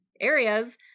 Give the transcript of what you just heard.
areas